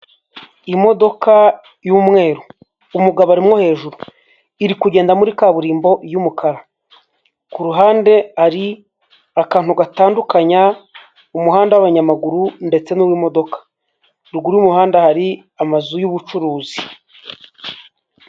Imodoka y'umweru umugabo arimwo hejuru. Iri kugenda muri kaburimbo y'umukara. Kuruhande hari akantu gatandukanya umuhanda w'abanyamaguru ndetse n'uwimodoka. Ruguru y'umuhanda hari amazu y'ubucuruzi.